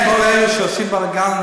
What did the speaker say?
כל אלה שעושים בלגן,